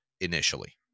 initially